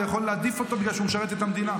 אתה יכול להעדיף אותו בגלל שהוא משרת את המדינה,